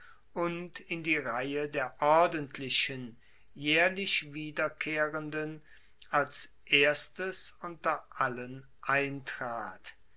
und in die reihe der ordentlichen jaehrlich wiederkehrenden als erstes unter allen eintrat